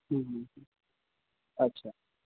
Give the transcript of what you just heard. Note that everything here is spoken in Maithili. हूँ हूँ हूँ अच्छा